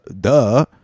duh